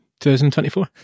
2024